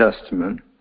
Testament